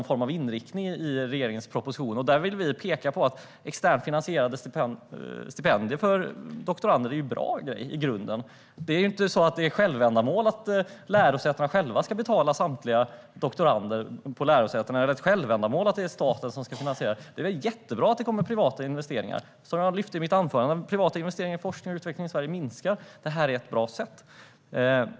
Vi vill peka på att det är en bra grej i grunden. Det är inte något självändamål vare sig att lärosätena själva ska betala samtliga doktorander eller att staten ska finansiera det. Det är väl jättebra att det kommer privata investeringar. Som jag lyfte fram i mitt anförande: Privata investeringar i forskning och utveckling i Sverige minskar, och därför är det här ett bra sätt.